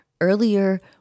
Earlier